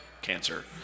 cancer